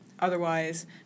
otherwise